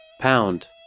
Pound